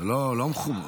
זה לא, לא מכובד.